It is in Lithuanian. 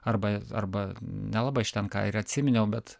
arba arba nelabai aš ten ką ir atsiminiau bet